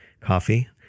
coffee